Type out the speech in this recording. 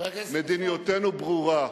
מדיניותנו ברורה.